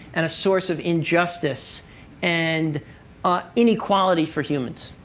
and a source of injustice and ah inequality for humans.